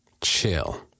chill